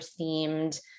themed